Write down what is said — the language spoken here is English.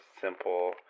simple